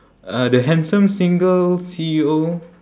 uh the handsome single C_E_O